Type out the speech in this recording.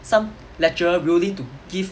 some lecturer willing to give